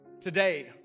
Today